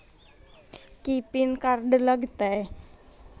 की PAN card लग तै?